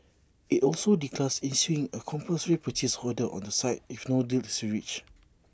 IT also did class issuing A compulsory purchase order on the site if no deal is reached